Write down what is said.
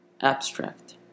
Abstract